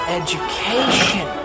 education